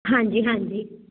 ਹਾਂਜੀ ਹਾਂਜੀ